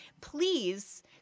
please